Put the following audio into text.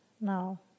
now